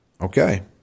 Okay